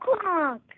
clock